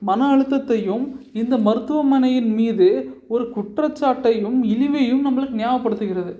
மன அழுத்தத்தையும் இந்த மருத்துவமனையின் மீது ஒரு குற்றச்சாட்டையும் இழிவையும் நம்மளுக்கு ஞாபகப்படுத்துகிறது